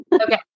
Okay